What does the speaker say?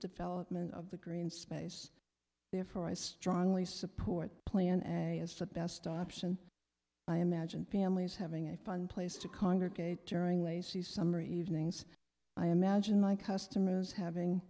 development of the green space therefore i strongly support the plan as a as the best option i imagined families having a fun place to congregate during lacey's summer evenings i imagine my customers having